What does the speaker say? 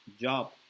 job